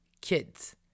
kids